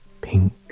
pink